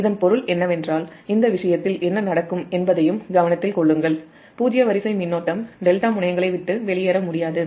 இதன் பொருள் என்னவென்றால் இந்த விஷயத்தில் என்ன நடக்கும் என்பதையும் கவனத்தில் கொள்ளுங்கள் பூஜ்ஜிய வரிசை மின்னோட்டம் ∆ முனையங்களை விட்டு வெளியேற முடியாது